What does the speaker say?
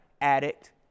addict